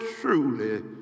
truly